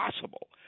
possible